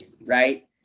right